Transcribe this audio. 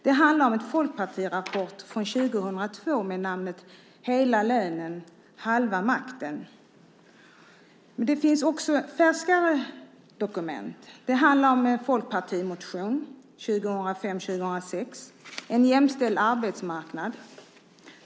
Det handlar om en folkpartirapport från 2002 med namnet Hela lönen, halva makten . Det finns också färskare dokument. Det handlar om en folkpartimotion från 2005/06, En jämställd arbetsmarknad .